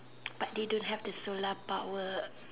but they don't have the solar power